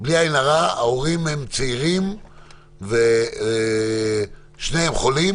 ההורים הם צעירים ושניהם חולים